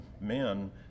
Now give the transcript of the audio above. men